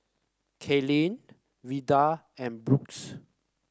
Katlyn Veva and Books